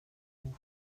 loup